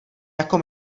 jako